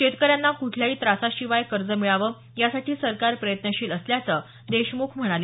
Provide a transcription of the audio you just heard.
शेतकऱ्यांना कुठल्याही त्रासाशिवाय कर्ज मिळावं यासाठी सरकार प्रयत्नशील असल्याचं देशमुख म्हणाले